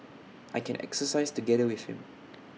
I can exercise together with him